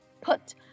put